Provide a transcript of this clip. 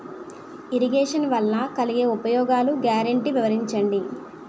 Irrigation వలన కలిగే ఉపయోగాలు గ్యారంటీ వివరించండి?